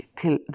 till